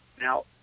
Now